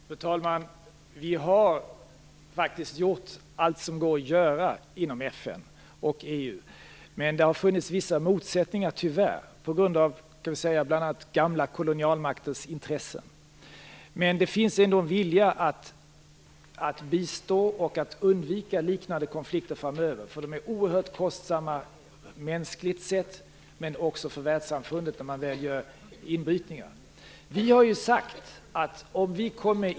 Fru talman! Vi har faktiskt gjort allt som går att göra inom FN och inom EU. Tyvärr har det funnits vissa motsättningar, bl.a. på grund av gamla kolonialmakters intressen. Men det finns ändå en vilja att bistå och att undvika liknande konflikter framöver. De är oerhört kostsamma, inte bara mänskligt sett utan också för världssamfundet när man väl gör inbrytningar.